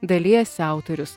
dalijasi autorius